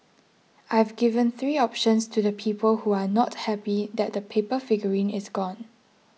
I've given three options to the people who are not happy that the paper figurine is gone